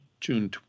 June